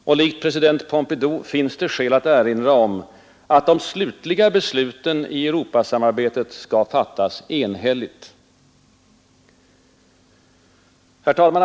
Och likt president Pompidou finns det skäl att erinra om att de slutliga besluten i Europasamarbetet fattas enhälligt. Herr talman!